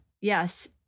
Yes